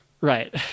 Right